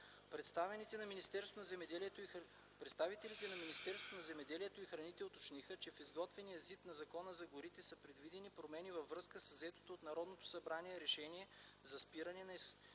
Представителите на Министерство на земеделието и храните уточниха, че в изготвен ЗИД на Закона за горите са предвидени промени във връзка с взетото от Народното събрание решение за спиране на изключването